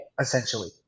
essentially